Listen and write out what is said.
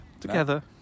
Together